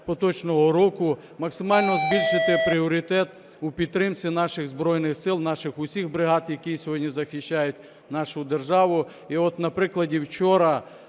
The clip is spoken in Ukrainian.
поточного року максимально збільшити пріоритет у підтримці наших Збройних Сил, наших усіх бригад, які сьогодні захищають нашу державу. І от на прикладі, вчора,